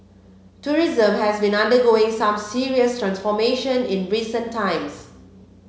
tourism has been undergoing some serious transformation in recent times